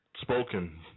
spoken